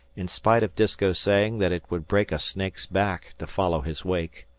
in spite of disko saying that it would break a snake's back to follow his wake.